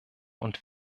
und